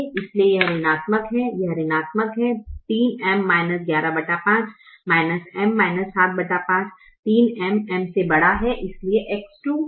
इसलिए यह ऋणात्मक है यह ऋणात्मक है 3M 115 M 75 3M M से बड़ा है इसलिए X2 चर समाधान में आने की कोशिश करेगा